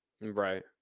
Right